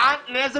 לאיזה